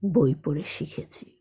বই পড়ে শিখেছি